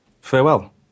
Farewell